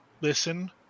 listen